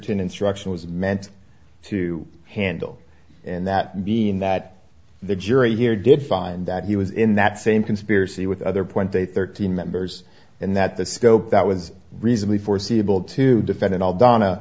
pinkerton instruction was meant to handle and that being that the jury here did find that he was in that same conspiracy with other point day thirteen members and that the scope that was reasonably foreseeable to defendant all donna